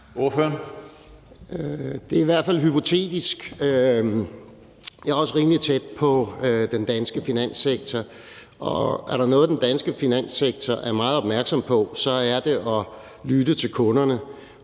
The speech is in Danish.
Det er i hvert fald hypotetisk. Jeg er også rimelig tæt på den danske finanssektor, og er der noget, den danske finanssektor er meget opmærksom på, så er det at lytte til kunderne,